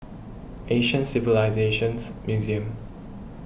Asian Civilisations Museum